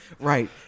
right